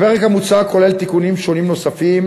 הפרק המוצע כולל תיקונים שונים נוספים